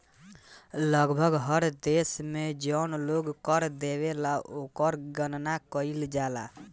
लगभग हर देश में जौन लोग कर देवेला ओकर गणना कईल जाला